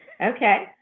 Okay